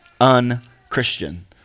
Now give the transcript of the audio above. unchristian